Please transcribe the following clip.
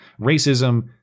racism